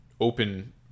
open